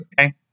okay